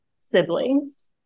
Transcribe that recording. siblings